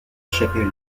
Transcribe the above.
chapelle